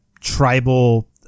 tribal